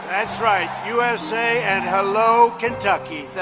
that's right usa. hello, kentucky.